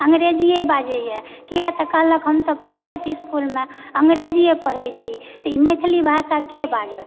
अङ्ग्रेजीये बाजयए किया तऽ कहलक हमसभ प्राइवेट इस्कूलमे अङ्ग्रेजीए पढ़ैत छी तऽ ई मैथिली भाषा के बाजत